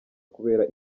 kubera